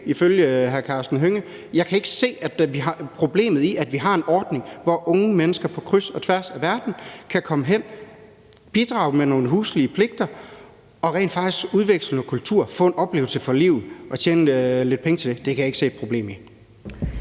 ifølge hr. Karsten Hønge? Jeg kan ikke se problemet i, at vi har en ordning, hvor unge mennesker på kryds og tværs af verden kan komme ud og bidrage til nogle huslige pligter og rent faktisk udveksle noget kultur og få en oplevelse for livet og tjene lidt penge. Det kan jeg ikke se et problem i.